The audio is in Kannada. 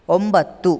ಒಂಬತ್ತು